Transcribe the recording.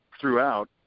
throughout